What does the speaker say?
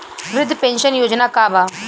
वृद्ध पेंशन योजना का बा?